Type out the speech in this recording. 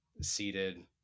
seated